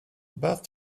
about